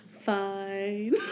Fine